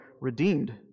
redeemed